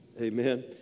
Amen